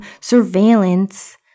surveillance